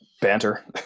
Banter